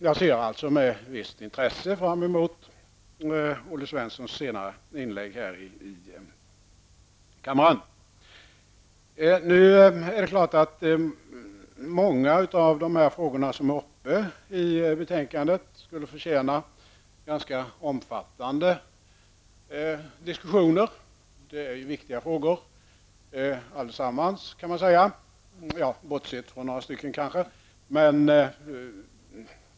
Jag ser alltså med ett visst intresse fram emot Olle Svenssons inlägg i debatten. Många av de frågor som behandlas i betänkandet skulle förtjäna ganska omfattande diskussioner. Allesammans, bortsett från några få, är ju viktiga frågor.